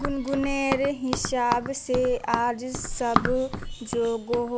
गुनगुनेर हिसाब से आज सब जोगोह